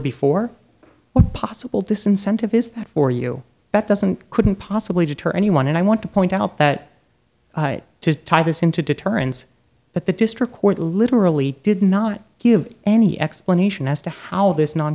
what possible disincentive is that for you that doesn't couldn't possibly deter anyone and i want to point out that to tie this into deterrence but the district court literally did not give any explanation as to how this non